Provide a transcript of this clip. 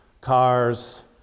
cars